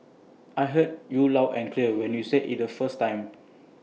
I heard you loud and clear when you said IT the first time